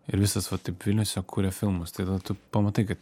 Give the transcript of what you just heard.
ir visas va taip vilnius jie kuria filmus tai tada tu pamatai kad